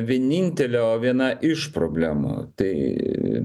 vienintelė o viena iš problemų tai